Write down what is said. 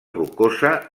rocosa